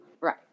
right